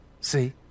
See